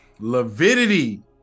Lavidity